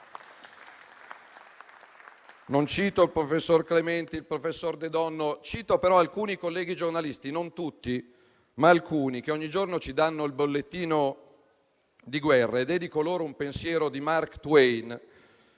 Non cito il professor Clementi e il professor De Donno, ma cito alcuni colleghi giornalisti, non tutti, ma alcuni, che ogni giorno ci danno il bollettino di guerra. Dedico loro un pensiero di Mark Twain,